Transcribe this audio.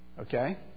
Okay